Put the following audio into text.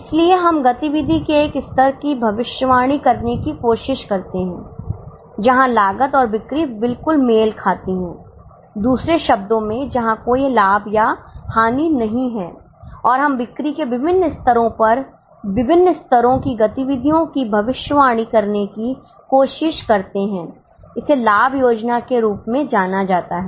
इसलिए हम गतिविधि के एक स्तर की भविष्यवाणी करने की कोशिश करते हैं जहां लागत और बिक्री बिल्कुल मेल खाती है दूसरे शब्दों में जहां कोई लाभ या हानि नहीं है और हम बिक्री के विभिन्न स्तरों पर विभिन्न स्तरों की गतिविधियों की भविष्यवाणी करने की कोशिश करते हैं इसे लाभ योजना के रूप में जाना जाता है